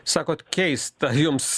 sakot keista jums